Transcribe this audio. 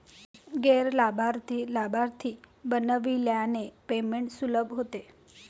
गैर लाभार्थीला लाभार्थी बनविल्याने पेमेंट सुलभ होते